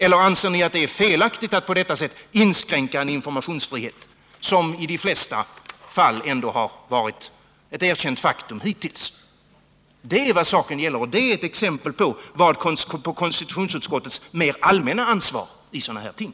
Eller anser ni att det är felaktigt att på detta sätt inskränka en informationsfrihet som i de flesta fall ändå har varit ett erkänt faktum hittills? Detta är vad saken gäller, och det är ett exempel på konstitutionsutskottets mer allmänna ansvar i sådana här ting.